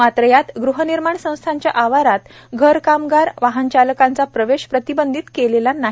मात्र यात ग़हनिर्माण संस्थांच्या आवारात घर कामगार वाहनचालकांचा प्रवेश प्रतिबंधित केलेले नाही